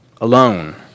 alone